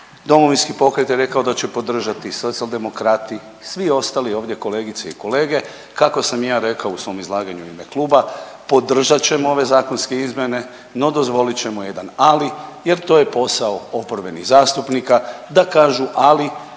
Domovinski pokret je rekao da će podržati, Socijaldemokrati i svi ostali ovdje kolegice i kolege, kako sam i ja rekao u svom izlaganju u ime kluba podržat ćemo ove zakonske izmjene, no dozvolit ćemo jedan ali jer to je posao oporbenih zastupnika da kažu ali